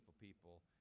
people